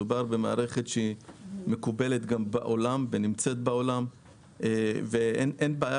מדובר במערכת שמקובלת גם בעולם ונמצאת בעולם ואין בעיה